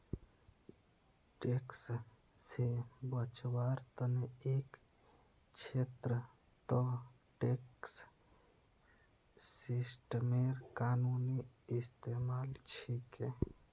tax से बचवार तने एक छेत्रत टैक्स सिस्टमेर कानूनी इस्तेमाल छिके